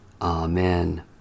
Amen